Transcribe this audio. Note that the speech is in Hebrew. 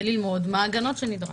וללמוד מה ההגנות שנדרשות.